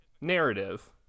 narrative